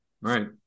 Right